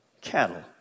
cattle